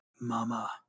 mama